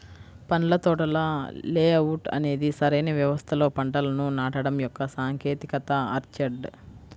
పండ్ల తోటల లేఅవుట్ అనేది సరైన వ్యవస్థలో పంటలను నాటడం యొక్క సాంకేతికత ఆర్చర్డ్